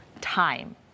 time